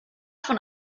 von